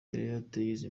yateje